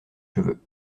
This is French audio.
cheveux